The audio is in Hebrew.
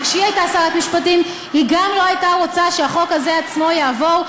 וכשהיא הייתה שרת משפטים גם היא לא הייתה רוצה שהחוק הזה עצמו יעבור,